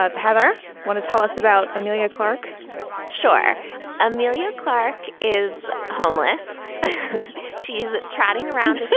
ah heather wanna tell us about amelia. clarke sure amelia clarke is homeless she's traveling around